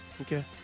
Okay